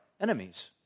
enemies